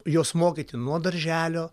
jos mokyti nuo darželio